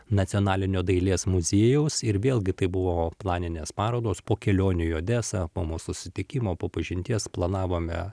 nacionalinio dailės muziejaus ir vėlgi tai buvo planinės parodos po kelionių į odesą po mūsų susitikimo po pažinties planavome